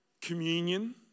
communion